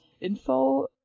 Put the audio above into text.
info